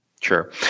Sure